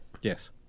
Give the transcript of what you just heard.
Yes